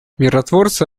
миротворцы